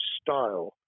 style